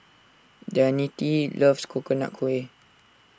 Danette loves Coconut Kuih